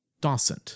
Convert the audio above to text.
Dawson